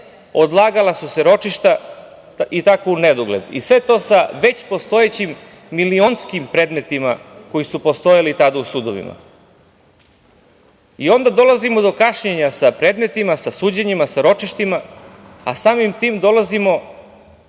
odlagala su se ročišta i tako unedogled, i sve to sa već postojećim milionskim predmetima koji su postojali tada u sudovima. Onda dolazimo do kašnjenja sa predmetima, sa suđenjima, sa ročištima, a samim tim dolazimo